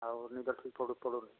ଆଉ ନିିଦ ଠିକ୍ ପଡ଼ୁନି